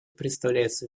представляется